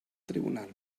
tribunal